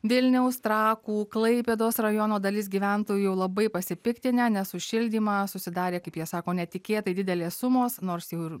vilniaus trakų klaipėdos rajono dalis gyventojų labai pasipiktinę nes už šildymą susidarė kaip jie sako netikėtai didelės sumos nors jau ir